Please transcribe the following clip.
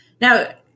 Now